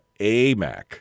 AMAC